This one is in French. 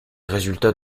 résultats